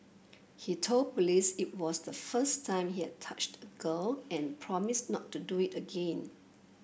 he told police it was the first time he had touched a girl and promised not to do it again